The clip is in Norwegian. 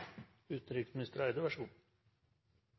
Borghild Tenden. Vær så god.